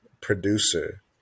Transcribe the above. producer